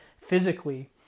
physically